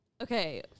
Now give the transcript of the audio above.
okay